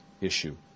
issue